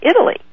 Italy